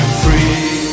free